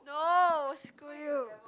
no screw you